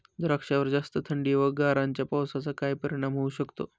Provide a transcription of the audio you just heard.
द्राक्षावर जास्त थंडी व गारांच्या पावसाचा काय परिणाम होऊ शकतो?